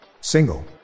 Single